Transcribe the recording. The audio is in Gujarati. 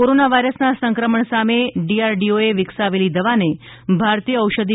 કોરોના વાથરસના સંક્રમણ સામે ડીઆરડીઓએ વિકસાવેલી દવાને ભારતીય ઔષધિ